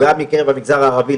גם מקרב המגזר הערבי,